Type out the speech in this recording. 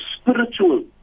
spiritual